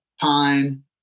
pine